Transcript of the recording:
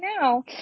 now